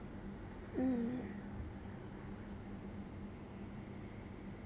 mm